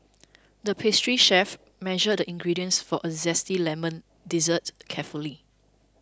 the pastry chef measured the ingredients for a Zesty Lemon Dessert carefully